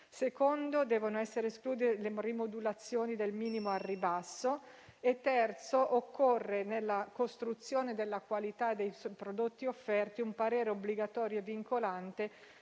è che devono essere escluse le rimodulazioni del minimo al ribasso; la terza è che occorre, nella costruzione della qualità dei prodotti offerti, un parere obbligatorio e vincolante